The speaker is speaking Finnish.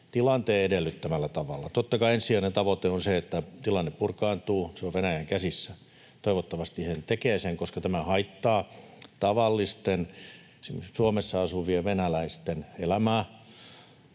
tilanteen edellyttämällä tavalla. Totta kai ensisijainen tavoite on se, että tilanne purkaantuu — se on Venäjän käsissä. Toivottavasti he tekevät sen, koska tämä haittaa tavallisten Suomessa asuvien venäläisten elämää.